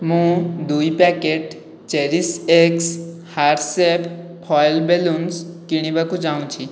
ମୁଁ ଦୁଇ packet CherishX heart shape foil balloons କିଣିବାକୁ ଚାହୁଁଛି